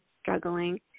struggling